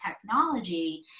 technology